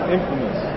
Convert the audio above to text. Infamous